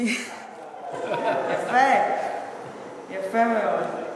יפה מאוד.